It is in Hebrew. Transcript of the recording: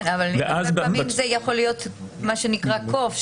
הרבה פעמים זה יכול להיות מה שנקרא "קוף",